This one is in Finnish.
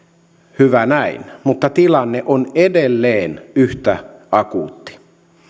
hyvä näin mutta tilanne on edelleen yhtä akuutti